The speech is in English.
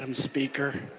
um speaker.